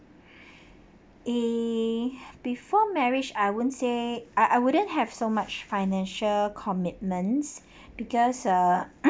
eh before marriage I won't say I wouldn't have so much financial commitments because uh